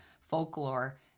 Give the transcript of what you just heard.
folklore